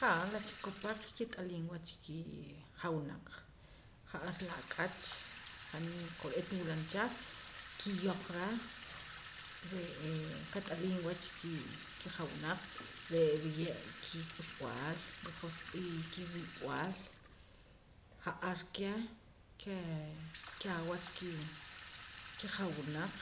Jaa la chikopaq kit'aliim wach kijawunaq ja'ar la ak'ach han kore'eet niwulam cha ki'yoq ra re'ee kat'aliim kii kijawunaq re' riye' kik'uxb'aal rijosq'ii kiwib'al ja'ar keh nkaa wach ki kijawunaq